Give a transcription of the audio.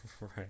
Right